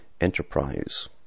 enterprise